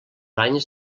anys